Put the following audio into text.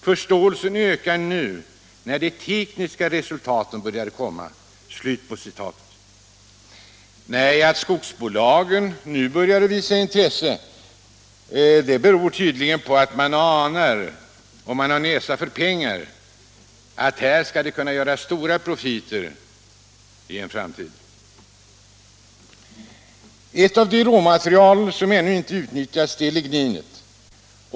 Förståelsen ökar nu när de tekniska resultaten börjar komma.” Att skogsbolagen nu börjar visa intresse beror tydligen på att man har näsa för pengar och att man anar att här skall det gå att göra stora profiter i en framtid. Ett av de råmaterial som ännu inte blivit utnyttjade är ligninet.